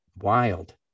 wild